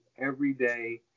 everyday